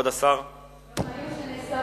יום עיון שנעשה